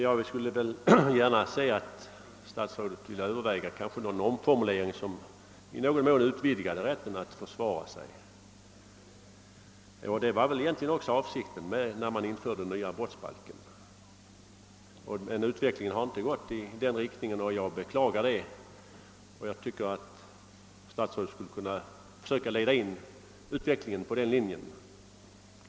Jag skulle gärna se att statsrådet övervägde en omformulering av lagreglerna, så att rätten att försvara sig i någon mån utvidgas. Detta var väl egentligen också avsikten när den nya brottsbalken infördes. Så har emellertid inte skett i praxis, och jag tycker därför att statsrådet nu borde försöka leda utvecklingen efter den linjen.